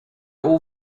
all